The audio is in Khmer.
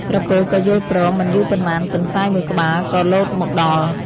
ក្រពើក៏យល់ព្រម មិនយូរប៉ុន្មាន ទន្សាយមួយក្បាលក៏លោតមកដល់។